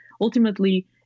ultimately